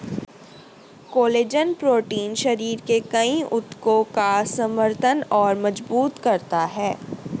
collagen protein शरीर में कई ऊतकों का समर्थन और मजबूत करता है